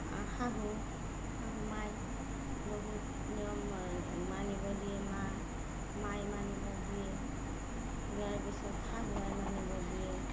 শাহু শাহু মায়ে বহুত নিয়ম মানিব দিয়ে মা মায়ে মানিব দিয়ে দিয়াৰ পিছত শাহু আই মানিব দিয়ে